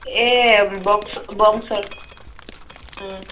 এই বক্স বক্সৰ অঁ